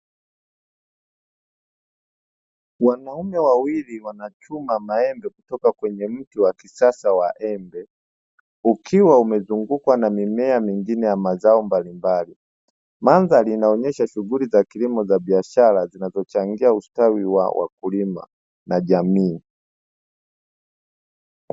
wanaume wawili wanachuma maembe kutoka kwenye mti mandhari inaonyesha upandaji mzuri wa mimea hyo